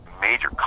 major